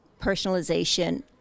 personalization